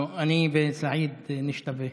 אני וסעיד נשתווה.